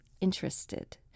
interested